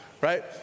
right